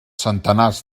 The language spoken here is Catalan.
centenars